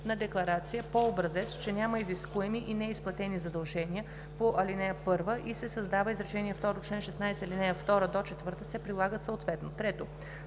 на декларация по образец, че няма изискуеми и неизплатени задължения по ал. 1" и се създава изречение второ: „Член 16, ал. 2 - 4 се прилагат съответно." 3.